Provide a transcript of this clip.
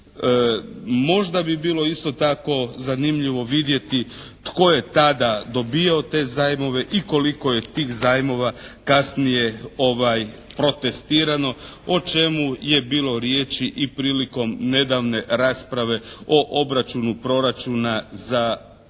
Možda bi bilo isto tako zanimljivo vidjeti tko je tada dobivao te zajmove i koliko je tih zajmova kasnije protestirano o čemu je bilo riječi i prilikom nedavne rasprave o obračunu proračuna za valjda